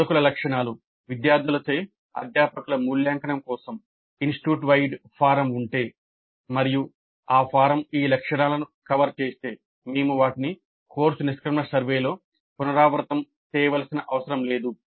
బోధకుల లక్షణాలు విద్యార్థులచే అధ్యాపకుల మూల్యాంకనం కోసం ఇన్స్టిట్యూట్ వైడ్ ఫారం ఉంటే మరియు ఆ ఫారం ఈ అంశాలను కవర్ చేస్తే మేము వాటిని కోర్సు నిష్క్రమణ సర్వేలో పునరావృతం చేయవలసిన అవసరం లేదు